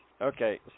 Okay